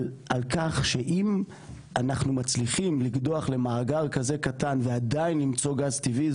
כך שאם אנחנו מצליחים לקדוח למאגר כזה קטן ועדיין למצוא גז טבעי,